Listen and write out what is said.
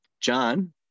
John